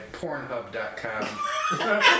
Pornhub.com